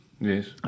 Yes